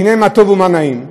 הנה מה טוב ומה נעים,